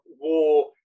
war